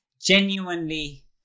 genuinely